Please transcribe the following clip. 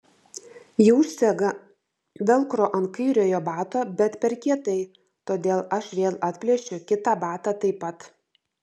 ji užsega velcro ant kairiojo bato bet per kietai todėl aš vėl atplėšiu kitą batą taip pat